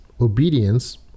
obedience